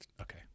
okay